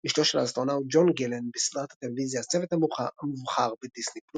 אשתו של האסטרונאוט ג'ון גלן בסדרת הטלוויזיה "הצוות המובחר" בדיסני+.